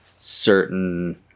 certain